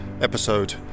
episode